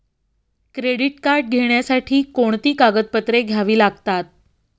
Credit card घेण्यासाठी कोणती कागदपत्रे घ्यावी लागतात?